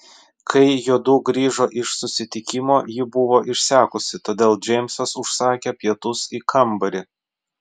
kai juodu grįžo iš susitikimo ji buvo išsekusi todėl džeimsas užsakė pietus į kambarį